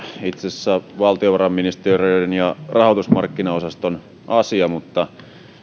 itse asiassa valtiovarainministeriön ja rahoitusmarkkinaosaston asia mutta